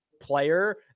player